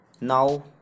Now